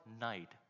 night